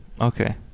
Okay